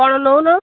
କଣ ନେଉନ